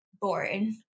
boring